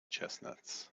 chestnuts